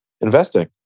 investing